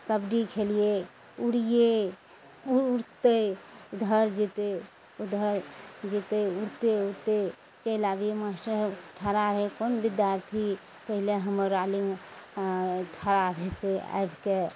कबड्डी खेलियइ उड़ियइ उड़तइ उधर जेतय उधर जेतय उड़तइ उड़ते चलि आबियइ मास्टर खड़ा रहय कोन विद्यार्थी पहिले हमर आगेमे खड़ा हेतय आबिके